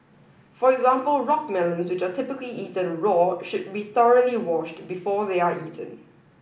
for example rock melons which are typically eaten raw should be thoroughly washed before they are eaten